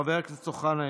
חבר הכנסת אוחנה,